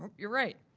you're right,